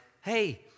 hey